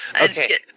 Okay